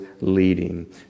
leading